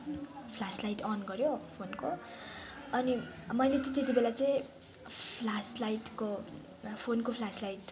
फ्लस light अन गऱ्यो फोनको अनि मैले चाहिँ त्यति बेला चाहिँ फ्लास लाइटको फोनको फ्लास लाइटको